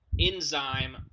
enzyme